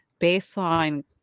baseline